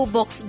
Box